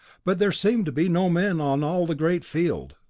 but there seemed to be no men on all the great field.